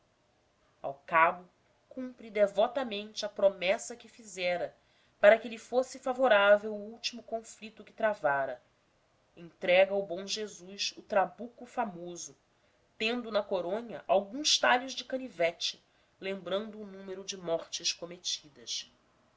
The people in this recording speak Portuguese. ao cabo cumpre devotamente a promessa que fizera para que lhe fosse favorável o último conflito que travara entrega ao bom jesus o trabuco famoso tendo da coronha alguns talhos de canivete lembrando o número de mortes cometidas